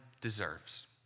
deserves